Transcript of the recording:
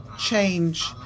change